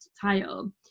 title